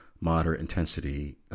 moderate-intensity